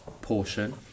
portion